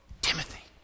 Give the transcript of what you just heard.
Timothy